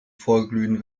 vorglühen